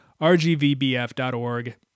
rgvbf.org